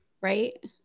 right